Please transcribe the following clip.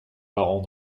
parents